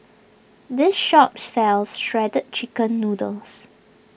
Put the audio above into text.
this shop sells Shredded Chicken Noodles